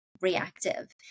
reactive